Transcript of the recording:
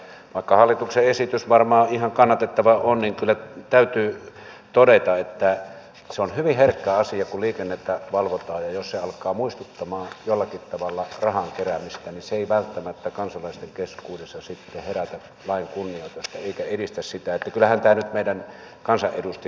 ja vaikka hallituksen esitys varmaan ihan kannatettava on niin kyllä täytyy todeta että se on hyvin herkkä asia kun liikennettä valvotaan ja jos se alkaa muistuttamaan jollakin tavalla rahan keräämistä niin se ei välttämättä kansalaisten keskuudessa herätä lain kunnioitusta eikä edistä sitä kyllähän tämä nyt meidän kansanedustajien täytyy myöntää